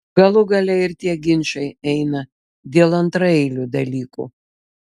galų gale ir tie ginčai eina dėl antraeilių dalykų